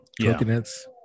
coconuts